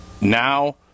Now